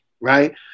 Right